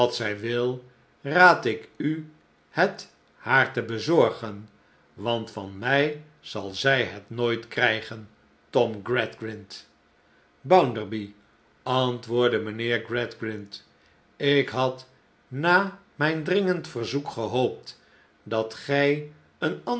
zij wil raad ik u het haar te bezorgen want van mij zal zij het nooit krijgen tom gradgrind bounderby antwooordde mijnheer gradgrind ik had na mijn dringend verzoek gehoopt dat gij een